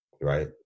right